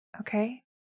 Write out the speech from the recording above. Okay